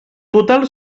total